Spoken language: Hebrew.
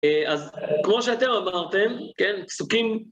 אז כמו שאתם אמרתם, כן, פסוקים.